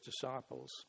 disciples